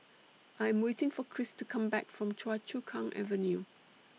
I Am waiting For Kris to Come Back from Choa Chu Kang Avenue